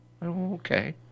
okay